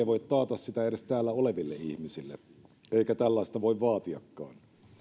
voi taata sitä edes täällä oleville ihmisille eikä tällaista voi vaatiakaan